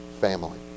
family